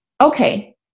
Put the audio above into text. okay